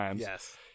Yes